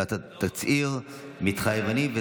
ואתה תצהיר: "מתחייב אני".